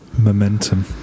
Momentum